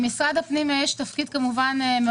למשרד הפנים יש תפקיד חשוב